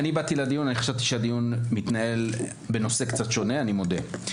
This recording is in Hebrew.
חשבתי שהדיון היה בנושא קצת שונה, אני מודה.